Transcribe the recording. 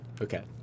Okay